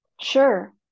Sure